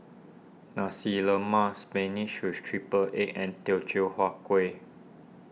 Nasi Lemak Spinach with Triple Egg and Teochew Huat Kuih